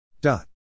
dot